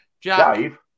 Dave